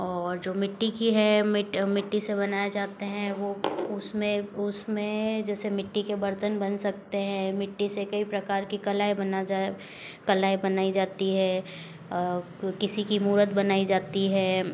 और जो मिट्टी की है मिट मिट्टी से बनाया जाते हैं वो उसमें उसमें जैसे मिट्टी के बर्तन बन सकते हैं मिट्टी से कई प्रकार की कलाएँ बना जाए कलाएँ बनाई जाती है किसी की मूरत बनाई जाती है